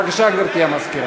בבקשה, גברתי המזכירה.